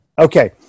Okay